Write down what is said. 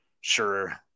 sure